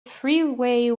freeway